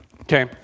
Okay